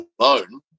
alone